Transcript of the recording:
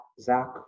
Zach